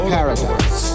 Paradise